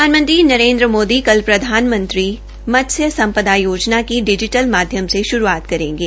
प्रधानमंत्री नरेन्द्र मोदी कल प्रधानमंत्री मत्स्य सम्पदा योजना की डिजीटल माध्यम से श्रूआत करेंगे